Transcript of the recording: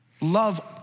Love